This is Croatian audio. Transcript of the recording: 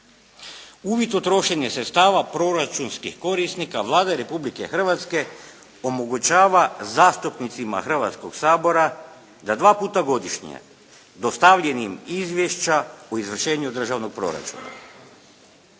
Uvid u trošenje sredstava proračunskih korisnika Vlada Republike Hrvatske omogućava zastupnicima Hrvatskoga sabora da dva puta godišnje dostavljanjem izvješća o izvršenju državnog proračuna.